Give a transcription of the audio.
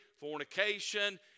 fornication